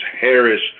Harris